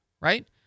right